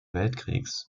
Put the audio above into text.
weltkriegs